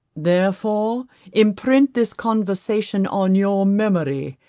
therefore imprint this conversation on your memory,